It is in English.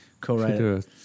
co-write